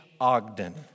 Ogden